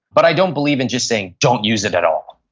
but i don't believe in just saying, don't use it at all.